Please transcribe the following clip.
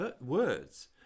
words